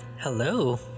Hello